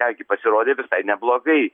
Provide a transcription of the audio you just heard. ką gi pasirodė visai neblogai